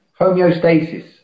homeostasis